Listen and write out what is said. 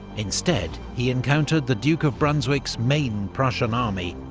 instead, he encountered the duke of brunswick's main prussian army,